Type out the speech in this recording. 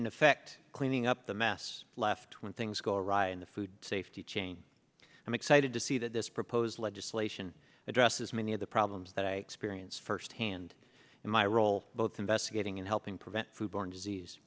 effect cleaning up the mess left when things go awry in the food safety chain i'm excited to see that this proposed legislation addresses many of the problems that i experienced first hand in my role both investigating and helping prevent